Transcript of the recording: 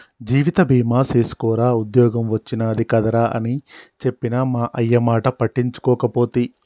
జీవిత బీమ సేసుకోరా ఉద్ద్యోగం ఒచ్చినాది కదరా అని చెప్పిన మా అయ్యమాట పట్టించుకోకపోతి